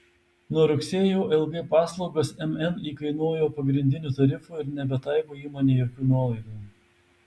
nuo rugsėjo lg paslaugas mn įkainojo pagrindiniu tarifu ir nebetaiko įmonei jokių nuolaidų